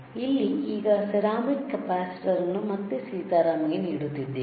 ಇಲ್ಲಿ ಈಗ ceramic capacitor ನ್ನು ಮತ್ತೆ ಸೀತಾರಾಂ ಗೆ ನೀಡುತ್ತಿದ್ದೇನೆ